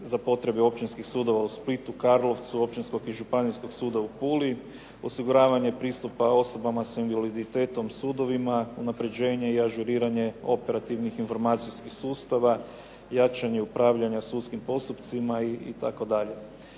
za potrebe općinskih sudova u Splitu, Karlovcu, Općinskog i Županijskog suda u Puli, osiguravanje pristupa osobama s invaliditetom sudovima, unapređenje i ažuriranje operativnih informacijskih sustava, jačanje upravljanja sudskim postupcima itd.